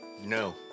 No